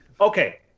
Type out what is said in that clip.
okay